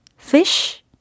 Fish